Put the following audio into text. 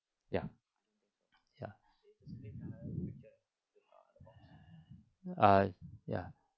ya ya err ya